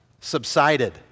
subsided